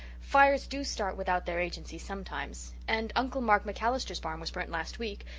fires do start without their agency sometimes. and uncle mark macallister's barn was burnt last week.